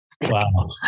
Wow